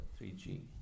3G